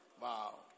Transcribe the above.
Wow